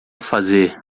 fazer